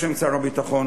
בשם שר הביטחון,